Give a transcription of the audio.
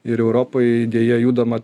ir europoj deja judama